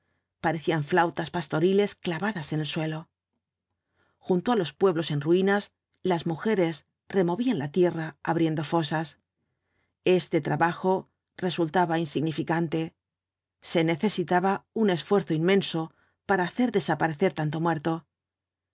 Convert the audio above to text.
parecían flautas pastoriles clavadas en el suelo junto á los pueblos en ruinas las mujeres removían la tierra abriendo fosas este trabajo resultaba insignificante se necesitaba un esfuerzo inmenso para hacer desaparecer tanto muerto